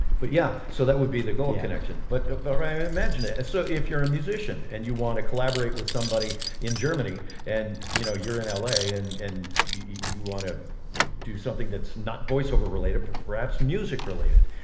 but yeah so that would be the gold connection but but imagine it so if you're a musician and you want to collaborate with somebody in germany and you know you're in ah la and and you want to do something that's not voiceover related perhaps music related